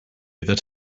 that